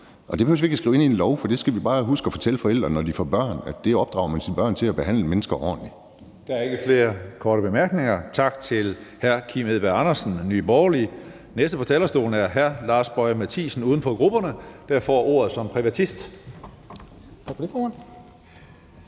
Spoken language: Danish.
det behøver vi ikke at skrive ind i en lov, for det skal vi bare huske at fortælle forældrene, når de får børn: at man opdrager sine børn til at behandle mennesker ordentligt. Kl. 15:35 Tredje næstformand (Karsten Hønge): Der er ikke flere korte bemærkninger, så tak til hr. Kim Edberg Andersen, Nye Borgerlige. Den næste på talerstolen er hr. Lars Boje Mathiesen, uden for grupperne, der får ordet som privatist. Kl. 15:36 (Privatist)